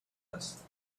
است